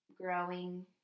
growing